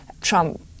trump